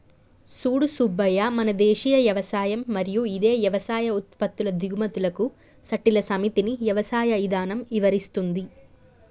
సూడు సూబ్బయ్య మన దేసీయ యవసాయం మరియు ఇదే యవసాయ ఉత్పత్తుల దిగుమతులకు సట్టిల సమితిని యవసాయ ఇధానం ఇవరిస్తుంది